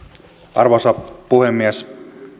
arvoisa puhemies